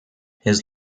his